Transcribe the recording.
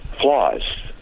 flaws